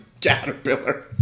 Caterpillar